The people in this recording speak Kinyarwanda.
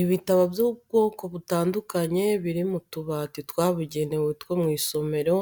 Ibitabo by'ubwoko butandukanye biri mu tubati twabugenewe two mu isomero,